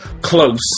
close